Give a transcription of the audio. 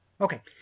Okay